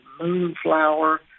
Moonflower